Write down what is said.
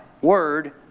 word